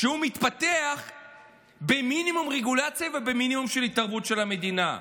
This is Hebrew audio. שהוא מתפתח במינימום רגולציה ובמינימום התערבות של המדינה.